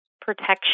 protection